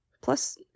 Plus